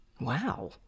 Wow